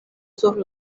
sur